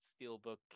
steelbook